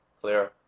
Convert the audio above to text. clear